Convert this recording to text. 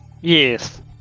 Yes